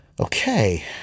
Okay